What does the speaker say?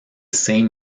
same